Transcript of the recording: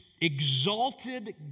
exalted